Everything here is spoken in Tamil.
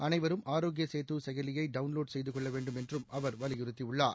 அனைவரும் ஆரோக்கிய சேது செயலி யை டவுன்லோட் செய்து கொள்ள வேண்டும் என்றும் அவர் வலியுறுத்தி உள்ளார்